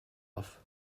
off